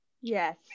yes